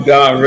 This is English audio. God